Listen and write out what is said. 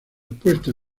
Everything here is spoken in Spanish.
puestos